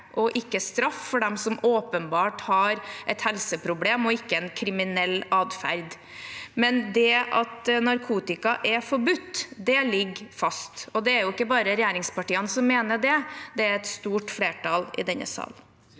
og ikke straff for dem som åpenbart har et helseproblem og ikke en kriminell atferd. Men det at narkotika er forbudt, ligger fast. Og det er ikke bare regjeringspartiene som mener det, men et stort flertall i denne salen.